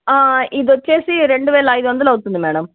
ఇది వచ్చేసి రెండు వేల ఐదు వందలు అవుతుంది మేడం